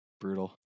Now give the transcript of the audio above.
brutal